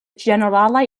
ĝeneralaj